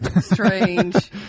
Strange